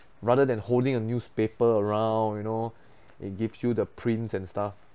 rather than holding a newspaper around you know it gives you the prints and stuff